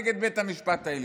נגד בית המשפט העליון?